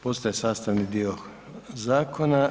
Postaje sastavni dio zakona.